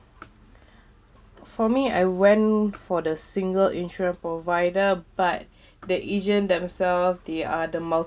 for me I went for the single insurance provider but the agent themselves they are the